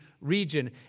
region